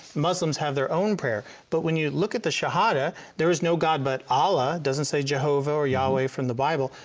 muslims have their own prayer. but when you look at the shahada there is no god by but allah, doesn't say jehovah or yahweh from the bible.